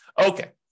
Okay